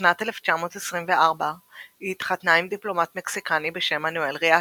בשנת 1924 היא התחתנה עם דיפלומט מקסיקני בשם מנואל ריאצ'י.